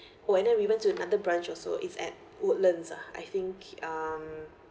oh and then we went to another branch also is at woodlands ah I think um